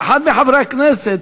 אחד מחברי הכנסת